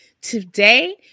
Today